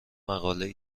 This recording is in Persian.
مقالهای